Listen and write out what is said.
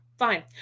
fine